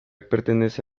pertenece